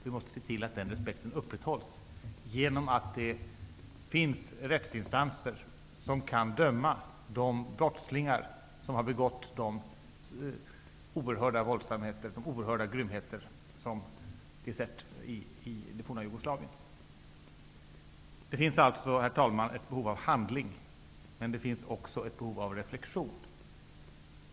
Vi måste se till att respekten upprätthålls genom att det finns rättsinstanser som kan döma de brottslingar som har begått de oerhörda våldsamheter och grymheter som vi sett i det forna Herr talman! Det finns alltså ett behov av handling, men det finns också ett behov av reflexion.